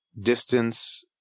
distance